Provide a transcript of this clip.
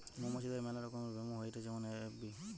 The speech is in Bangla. মৌমাছিদের মেলা রকমের ব্যামো হয়েটে যেমন এ.এফ.বি